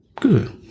Good